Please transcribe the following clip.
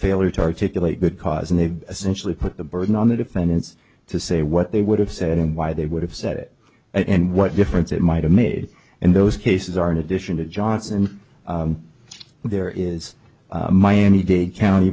failure to articulate good cause and they essentially put the burden on the defendants to say what they would have said and why they would have said it and what difference it might have made and those cases are in addition to johnson there is miami dade county